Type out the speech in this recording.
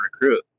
recruit